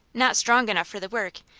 not strong enough for the work,